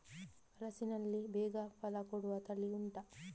ಹಲಸಿನಲ್ಲಿ ಬೇಗ ಫಲ ಕೊಡುವ ತಳಿ ಉಂಟಾ